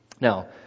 Now